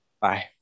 Bye